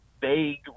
vague